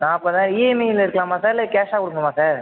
நாற்பதாயிரம் இஎம்ஐயில் எடுக்கலாமா சார் இல்லை கேஷ்ஷாக கொடுக்கணுமா சார்